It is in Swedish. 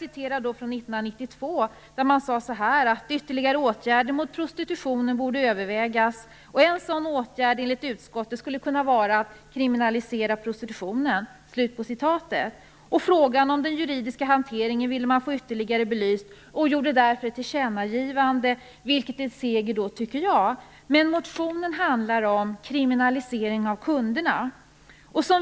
År 1992 sade man i utskottet att ytterligare åtgärder mot prostitutionen borde övervägas och att en sådan åtgärd skulle kunna vara att kriminalisera prostitutionen. Frågan om den juridiska hanteringen ville man få ytterligare belyst. Därför gjorde man ett tillkännagivande, vilket var en seger, tycker jag. Men motionen handlar om kriminalisering av kunderna.